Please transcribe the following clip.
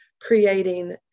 creating